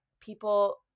people